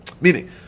Meaning